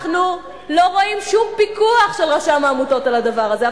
אנחנו לא רואים שום פיקוח של רשם העמותות על הדבר הזה.